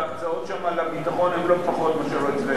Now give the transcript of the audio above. וההקצאות שם לביטחון הן לא פחות מאשר אצלנו.